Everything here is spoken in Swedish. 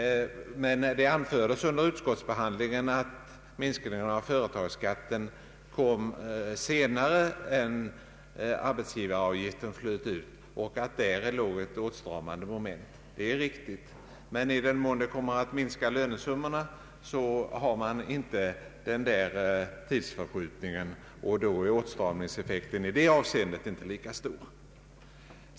Det anfördes under utskottsbehandlingen att minskningarna när det gäller företagsbeskattningen skulle komma vid en senare tidpunkt än då arbetsgivaravgiften flöt in och att däri låg ett åtstramande moment. Det är riktigt. Men i den mån resultatet blir en minskning av lönesummorna har man inte denna tidsförskjutning, och då är åtstramningseffekten inte lika stor.